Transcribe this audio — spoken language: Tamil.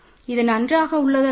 இது நன்றாக உள்ளது அல்லவா